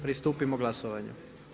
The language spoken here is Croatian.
Pristupimo glasovanju.